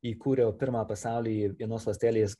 įkūriau pirmą pasauly vienos ląstelės